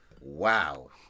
Wow